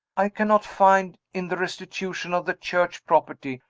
i cannot find, in the restitution of the church property,